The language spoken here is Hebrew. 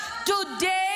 State,